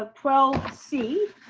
ah twelve c